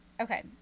Okay